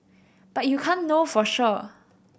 but you can't know for sure